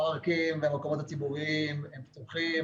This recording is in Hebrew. הפארקים והמקומות הציבוריים הם פתוחים